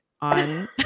on